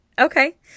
Okay